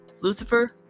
Lucifer